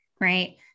right